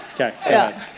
Okay